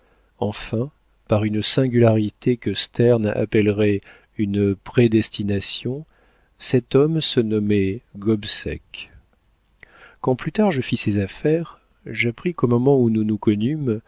enfin par une singularité que sterne appellerait une prédestination cet homme se nommait gobseck quand plus tard je fis ses affaires j'appris qu'au moment où nous nous connûmes